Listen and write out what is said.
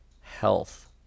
health